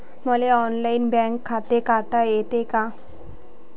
मले online bank खाते काढता येते का?